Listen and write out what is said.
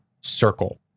circle